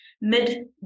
mid